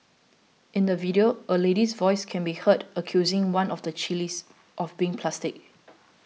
in the video a lady's voice can be heard accusing one of the chillies of being plastic